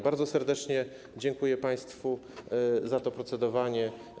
Bardzo serdecznie dziękuję państwu za to procedowanie.